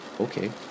Okay